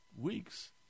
weeks